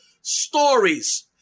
stories